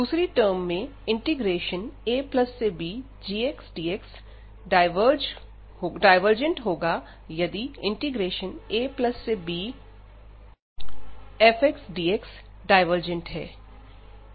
दूसरी टर्म में abgxdx divergent होगा यदि abfxdx डाईवर्जेंट है